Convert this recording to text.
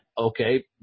Okay